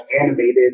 animated